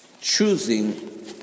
choosing